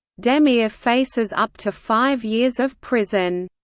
demir faces up to five years of prison.